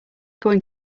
going